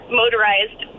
motorized